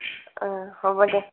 অঁ হ'ব দে